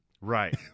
Right